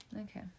Okay